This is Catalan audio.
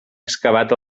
excavat